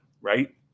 right